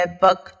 book